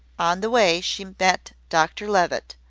on the way she met dr levitt,